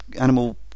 animal